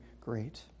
great